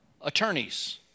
attorneys